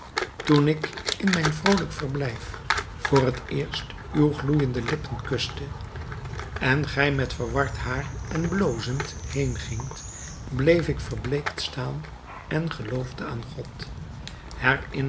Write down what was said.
toen ik in mijn vroolijk verblijf voor het eerst uw gloeiende lippen kuste en gij met verward haar en blozend heengingt bleef ik verbleekt staan en geloofde aan god